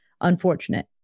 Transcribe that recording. unfortunate